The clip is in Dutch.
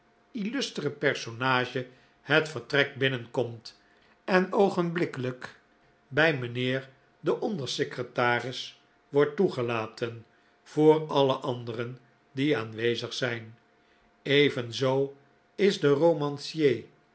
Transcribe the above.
illustere personage het vertrek binnenkomt en oogenblikkelijk bij mijnheer den onder secretaris wordt toegelaten voor alle anderen die aanwezig zijn evenzoo is de romancier